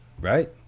right